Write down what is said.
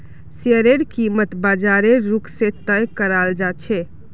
शेयरेर कीमत बाजारेर रुख से तय कराल जा छे